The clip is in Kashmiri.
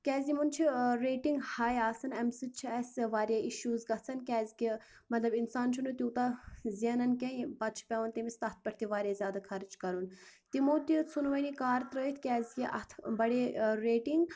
کیازِ یِمَن چھُ ریٹِنگ ہاے آسان اَمہِ سۭتۍ چھےٚ اَسہِ واریاہ اِشوٗز گژھان مطلب اِنسان چھُنہٕ توٗتاہ زینان کیٚنہہ پَتہٕ چھُ پٮ۪وان تٔمِس تَتھ پٮ۪ٹھ تہِ واریاہ زیادٕ خرٕچ کرُن تِمَو تہِ ژُن وَنۍ یہِ کار ترٲوِتھ کیازِ کہِ اَتھ بڑے ریٹِنگ